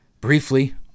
briefly